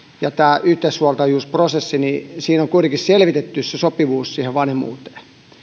ja tämä yhteishuoltajuusprosessi niin siinä on kuitenkin selvitetty sopivuus vanhemmuuteen